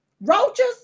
roaches